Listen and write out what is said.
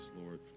Lord